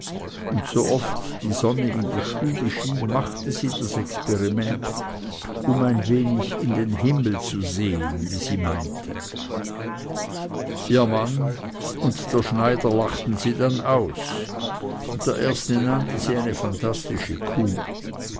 und sooft die sonne in die stube schien machte sie das experiment um ein wenig in den himmel zu sehen wie sie meinte ihr mann und der schneider lachten sie dann aus und der erste nannte sie eine phantastische kuh